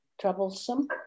troublesome